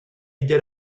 idée